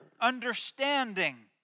understanding